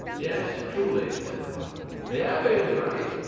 yes, truly, said martin, the abbe is right.